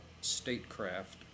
statecraft